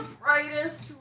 brightest